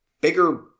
bigger